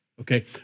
Okay